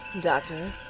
Doctor